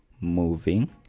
moving